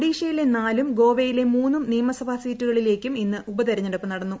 ഒഡീഷയിലെ നാലും ഗോവയിലെ മൂന്നും നിയമസഭ സീറ്റുകളിലേയ്ക്കും ഇന്ന് ഉപതെരഞ്ഞെടുപ്പ് നടന്നു